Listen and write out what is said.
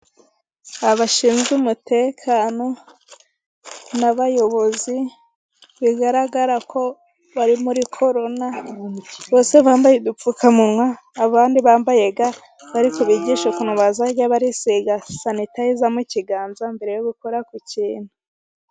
Abashinzwe umutekano n'abayobozi， bigaragara ko bari muri korona，bose bambaye udupfukamunwa，abandi bambaye ga. Bari kubigisha ukuntu bazajya barisiga sanitayiza mu kiganza， mbere yo gukora ku kintu.